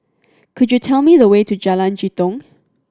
could you tell me the way to Jalan Jitong